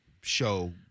show